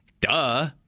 Duh